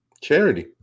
charity